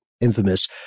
infamous